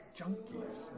junkies